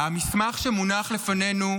המסמך שמונח לפנינו,